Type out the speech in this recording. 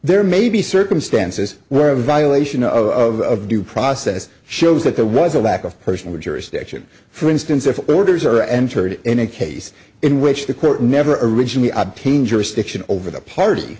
there may be circumstances where a violation of due process shows that there was a lack of personal jurisdiction for instance if the orders are entered in a case in which the court never originally obtain jurisdiction over the party